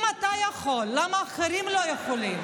אם אתה יכול, למה אחרים לא יכולים?